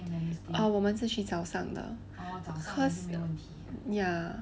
ah 我们是去早上的